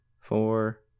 four